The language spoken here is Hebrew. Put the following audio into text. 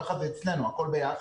ככה זה אצלנו, הכול ביחד,